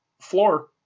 floor